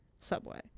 subway